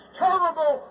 terrible